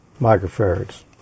microfarads